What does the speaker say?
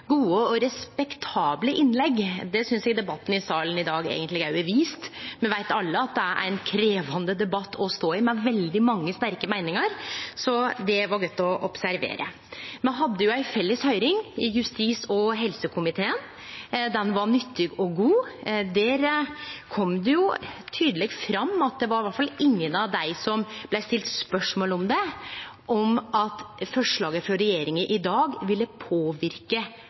debatten i salen i dag eigentleg også har vist. Me veit alle at det er ein krevjande debatt å stå i, med veldig mange sterke meiningar, så det var godt å observere. Me hadde jo ei felles høyring i justiskomiteen og helsekomiteen. Ho var nyttig og god. Der kom det tydelig fram at det var iallfall ingen av dei som blei stilt spørsmål om det, som meinte at forslaget frå regjeringa i dag ville påverke